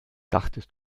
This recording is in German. dachtest